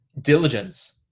diligence